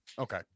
Okay